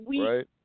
right